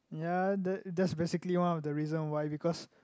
ya the that's basically one of the reason why because